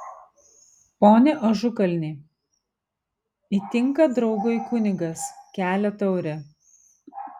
pone ažukalni įtinka draugui kunigas kelia taurę